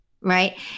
right